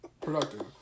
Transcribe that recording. productive